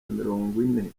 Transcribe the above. mirongwine